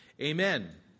Amen